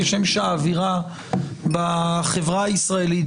כשם שהאווירה בחברה הישראלית,